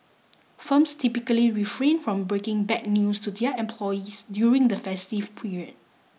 firms typically refrain from breaking bad news to their employees during the festive period